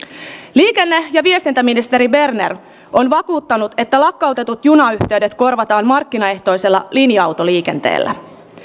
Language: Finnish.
liikenne ja viestintäministeri berner on vakuuttanut että lakkautetut junayhteydet korvataan markkinaehtoisella linja autoliikenteellä